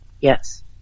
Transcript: Yes